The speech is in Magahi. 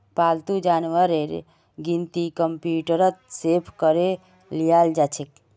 पालतू जानवरेर गिनती कंप्यूटरत सेभ करे लियाल जाछेक